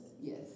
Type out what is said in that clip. Yes